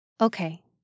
Okay